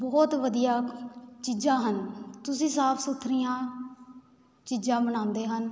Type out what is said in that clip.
ਬਹੁਤ ਵਧੀਆ ਚੀਜ਼ਾਂ ਹਨ ਤੁਸੀਂ ਸਾਫ ਸੁਥਰੀਆਂ ਚੀਜ਼ਾਂ ਬਣਾਉਂਦੇ ਹਨ